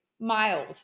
mild